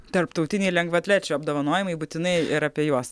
tarptautiniai lengvaatlečių apdovanojimai būtinai ir apie juos